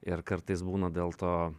ir kartais būna dėl to